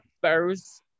first